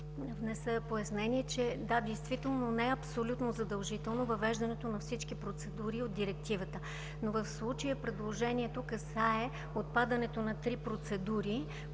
внеса пояснение. Да, действително не е абсолютно задължително въвеждането на всички процедури от Директивата. В случая предложението касае отпадането на три процедури,